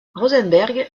rosenberg